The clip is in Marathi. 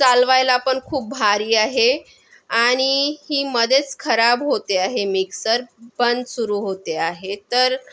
चालवायला पण खूप भारी आहे आणि ही मध्येच खराब होते आहे मिक्सर पण सुरु होते आहे तर